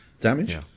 damage